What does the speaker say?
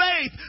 faith